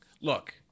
Look